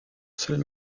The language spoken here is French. seul